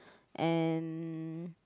and